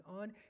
on